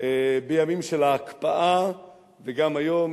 בימים של ההקפאה וגם היום,